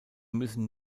müssen